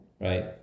right